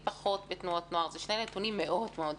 פחות בתנועות נוער - אלו שני נתונים מאוד מאוד שונים.